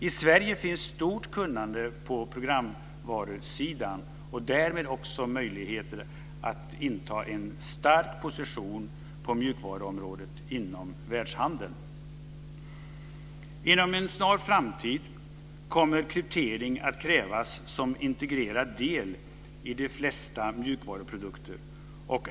I Sverige finns stort kunnande på programvarusidan och därmed också möjligheter att inta en stark position på mjukvarområdet inom världshandeln. Inom en snar framtid kommer kryptering att krävas som integrerad del i de flesta mjukvaruprodukter.